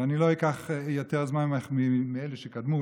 ואני לא אקח יותר זמן מאלה שקדמו,